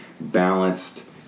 balanced